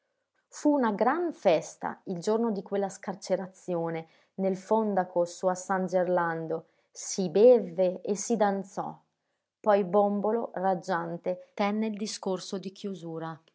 fu una gran festa il giorno di quella scarcerazione nel fondaco su a san gerlando si bevve e si danzò poi bòmbolo raggiante tenne il discorso di chiusura